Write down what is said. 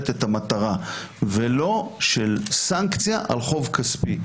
את המטרה ולא של סנקציה על חוב כספי.